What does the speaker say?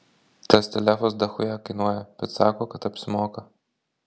tas telefas dachuja kainuoja bet sako kad apsimoka